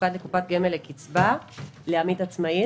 יופקד לקופת גמל לקצבה לעמית עצמאי,